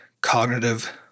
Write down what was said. cognitive